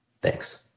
Thanks